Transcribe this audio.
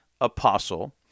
apostle